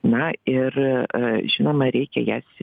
na ir žinoma reikia jas